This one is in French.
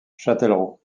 châtellerault